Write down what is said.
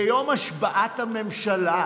ביום השבעת הממשלה,